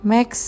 Max